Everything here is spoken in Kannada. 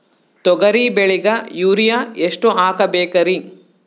ತೊಗರಿ ಬೆಳಿಗ ಯೂರಿಯಎಷ್ಟು ಹಾಕಬೇಕರಿ?